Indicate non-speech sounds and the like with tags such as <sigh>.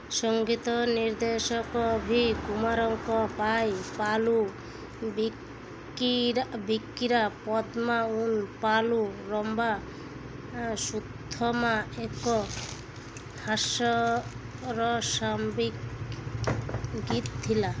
ସଙ୍ଗୀତ ନିର୍ଦ୍ଦେଶକ ଭି କୁମାରଙ୍କ ପାଇଁ ପାଲୂ ଭିକି ବିକ୍କିରା ପଦ୍ମା ଉନ୍ ପାଲୁ ରମ୍ବା ସୁତ୍ଥମା ଏକ ହାସ୍ୟର <unintelligible> ଗୀତ ଥିଲା